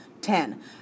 ten